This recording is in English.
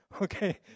Okay